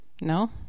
No